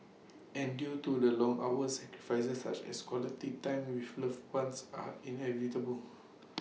and due to the long hours sacrifices such as quality time with loved ones are inevitable